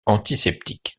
antiseptiques